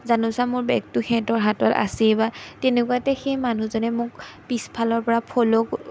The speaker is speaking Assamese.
জানোচা মোৰ বেগটো সিহঁতৰ হাতত আছেই বা তেনেকুৱাতে সেই মানুহজনে মোক পিছফালৰ পৰা ফল'